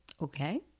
Okay